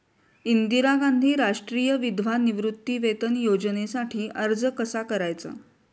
इंदिरा गांधी राष्ट्रीय विधवा निवृत्तीवेतन योजनेसाठी अर्ज कसा करायचा?